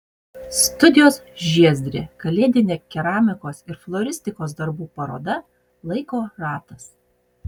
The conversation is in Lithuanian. studijos žiezdrė kalėdinė keramikos ir floristikos darbų paroda laiko ratas